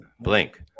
Blink